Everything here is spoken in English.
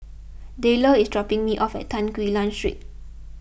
Dayle is dropping me off at Tan Quee Lan Street